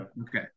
Okay